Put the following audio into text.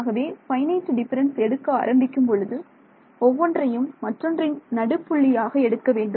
ஆகவே finite difference எடுக்க ஆரம்பிக்கும் பொழுது ஒவ்வொன்றையும் மற்றொன்றின் நடு புள்ளியாக எடுக்க வேண்டும்